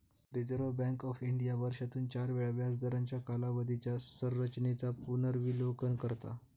reserve Bank of India वर्षातून चार वेळा व्याजदरांच्या कालावधीच्या संरचेनेचा पुनर्विलोकन करता